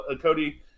Cody